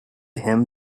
him